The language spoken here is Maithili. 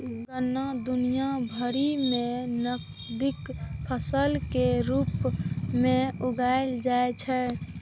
गन्ना दुनिया भरि मे नकदी फसल के रूप मे उगाएल जाइ छै